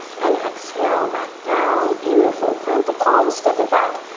and exhale back down, beautiful. plant the palms, step it back.